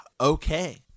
okay